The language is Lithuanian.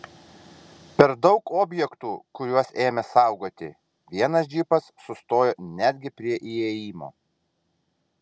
per daug objektų kuriuos ėmė saugoti vienas džipas sustojo netgi prie įėjimo